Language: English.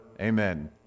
Amen